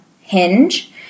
Hinge